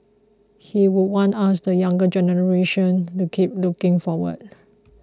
he would want us the younger generation to keep looking forward